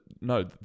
no